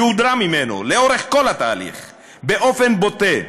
היא הודרה ממנו לאורך כל התהליך באופן בוטה,